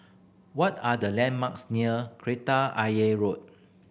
what are the landmarks near Kreta Ayer Road